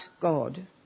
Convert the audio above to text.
God